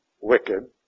wicked